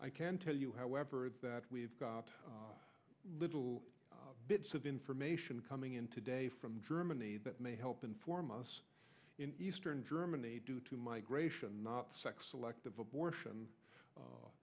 i can tell you however that we have got a little bits of information coming in today from germany that may help inform us in eastern germany due to migration not sex selective abortion